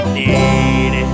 need